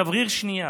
שבריר שנייה.